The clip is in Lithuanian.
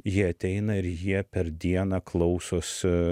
jie ateina ir jie per dieną klausosi